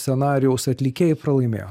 scenarijaus atlikėjai pralaimėjo